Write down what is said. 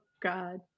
God